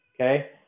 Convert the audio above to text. okay